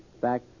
back